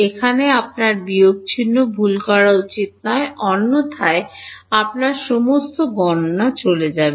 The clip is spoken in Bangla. এখানে আপনার বিয়োগ চিহ্ন ভুল করা উচিত নয় অন্যথায় আপনার সমস্ত গণনা চলে গেছে